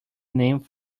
name